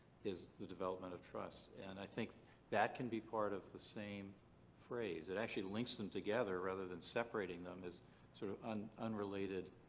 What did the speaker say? is the development of trust and i think that can be part of the same phrase. it actually links them together rather than separating them as sort of um unrelated